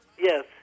Yes